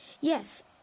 Yes